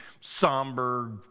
somber